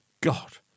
God